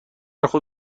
خوب